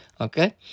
okay